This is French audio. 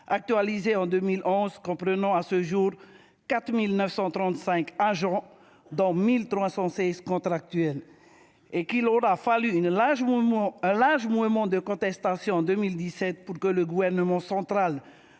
actualisée en 2011, et comprend à ce jour 4 935 agents, dont 1 316 contractuels. Or il aura fallu un large mouvement de contestation, en 2017, pour que le gouvernement central